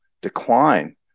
decline